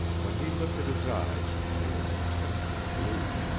when he lifted his eyes, they were intensely blue.